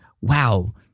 Wow